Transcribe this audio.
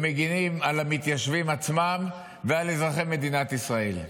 מגינים על המתיישבים עצמם ועל אזרחי מדינת ישראל.